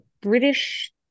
British